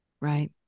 Right